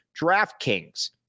DraftKings